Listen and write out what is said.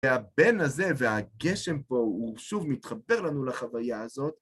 והבן הזה והגשם פה הוא שוב מתחבר לנו לחוויה הזאת.